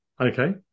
Okay